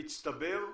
במצטבר,